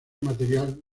material